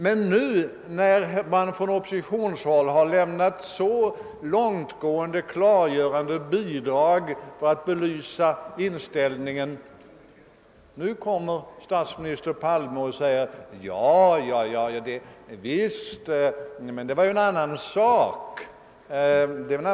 Men nu, när man från oppositionshåll har lämnat så långtgående klargöranden för att belysa sin inställning, nu säger statsminister Palme: »Ja, ja, men det var en annan sak för oss.